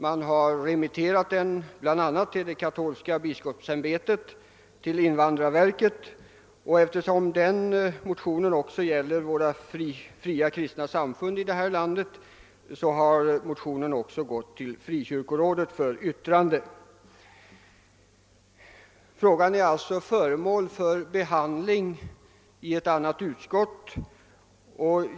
Den har remitterats för yttrande bl.a. till det katolska biskopsämbetet, till invandrarverket och — eftersom den även gäller vårt lands fria kristna samfund — till Frikyrkorådet. Frågan är alltså föremål för behandling i ett annat utskott.